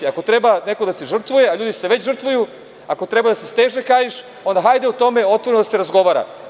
Ako treba neko da se žrtvuje, a ljudi se već žrtvuju, ako treba da se steže kaiš, onda hajde o tome otvoreno da se razgovara.